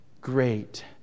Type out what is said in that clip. Great